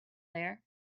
there